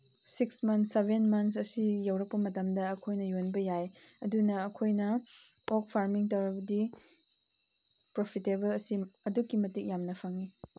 six months seven months ꯑꯁꯤ ꯌꯧꯔꯛꯄ ꯃꯇꯝꯗ ꯑꯩꯈꯣꯏꯅ ꯌꯣꯟꯕ ꯌꯥꯏ ꯑꯗꯨꯅ ꯑꯩꯈꯣꯏꯅ ꯄꯣꯛ ꯐꯥꯔꯃꯤꯡ ꯇꯧꯔꯕꯗꯤ ꯄꯣꯔꯐꯤꯇꯦꯕꯜ ꯑꯁꯤ ꯑꯗꯨꯛꯀꯤ ꯃꯇꯤꯛ ꯌꯥꯝꯅ ꯐꯪꯏ